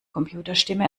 computerstimme